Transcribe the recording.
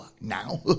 now